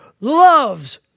Loves